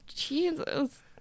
Jesus